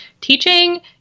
teaching